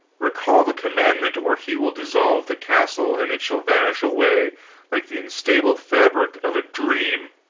recall the commandment, or he will dissolve the castle and it shall vanish away like the instable fabric of a dream!